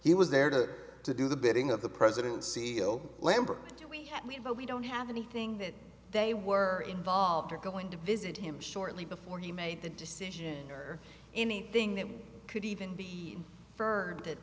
he was there to to do the bidding of the president c e o lambert but we don't have anything that they were involved or going to visit him shortly before he made the decision or anything that could even be heard that